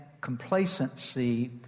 complacency